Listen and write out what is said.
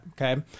okay